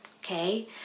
okay